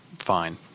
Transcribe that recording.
fine